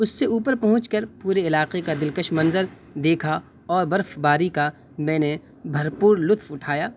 اس سے اوپر پہنچ کر پورے علاقے کا دلکش منظر دیکھا اور برف باری کا میں نے بھرپور لطف اٹھایا